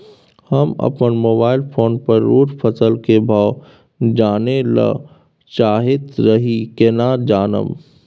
हम अपन mobile phone पर रोज फसल के भाव जानय ल चाहैत रही केना जानब?